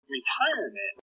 retirement